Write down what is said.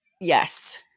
Yes